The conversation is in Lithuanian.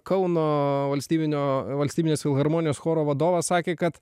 kauno valstybinio valstybinės filharmonijos choro vadovas sakė kad